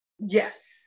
Yes